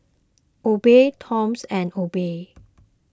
Obey Toms and Obey